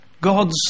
God's